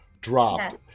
dropped